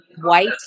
white